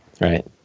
Right